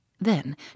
Then